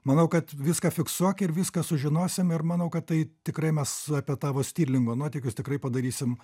manau kad viską fiksuok ir viską sužinosim ir manau kad tai tikrai mes apie tavo stirlingo nuotykius tikrai padarysim